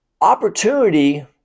Opportunity